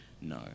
No